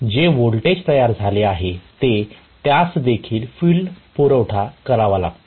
तर जे वोल्टेज तयार झाले ते त्यास देखील फील्ड पुरवठा करावा लागतो